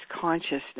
consciousness